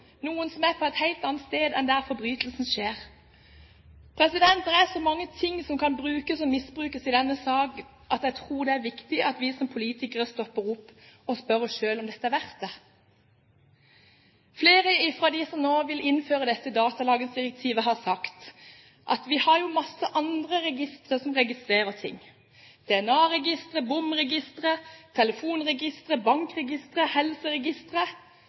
noen som er på et helt annet sted enn der forbrytelsen skjer. Det er så mange ting som kan brukes og misbrukes i denne saken at jeg tror det er viktig at vi som politikere stopper opp og spør oss selv om dette er verdt det. Flere av dem som vil innføre datalagringsdirektivet, har sagt at vi har jo mange andre registre som registrerer ting: DNA-registre, bompengeregistre, telefonregistre, bankregistre,